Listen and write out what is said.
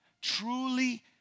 Truly